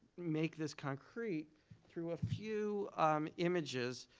make this concrete through a few images.